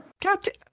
Captain